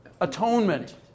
atonement